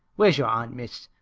where's your aunt, miss?